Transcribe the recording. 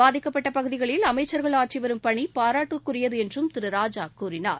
பாதிக்கப்பட்ட பகுதிகளில் அமைச்சர்கள் ஆற்றிவரும் பணிபாராட்டுக்குரியதுஎன்றும் திருராஜாகூறினார்